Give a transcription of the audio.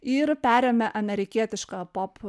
ir perėmė amerikietišką pop